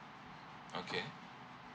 okay